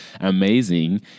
amazing